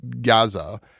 Gaza